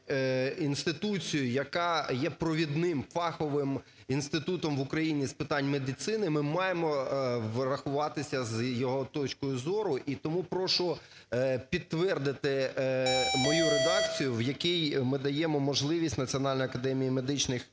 інституцію, яка є провідним фаховим інститутом в Україні з питань медицини, ми маємо рахуватися з його точкою зору і тому прошу підтвердити мою редакцію, в якій ми даємо можливість Національній академії медичних наук